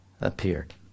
appeared